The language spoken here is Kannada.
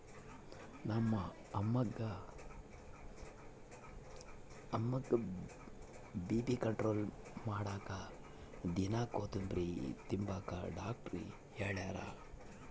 ನಮ್ಮ ಅಮ್ಮುಗ್ಗ ಬಿ.ಪಿ ಕಂಟ್ರೋಲ್ ಮಾಡಾಕ ದಿನಾ ಕೋತುಂಬ್ರೆ ತಿಂಬಾಕ ಡಾಕ್ಟರ್ ಹೆಳ್ಯಾರ